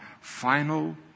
final